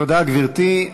תודה, גברתי.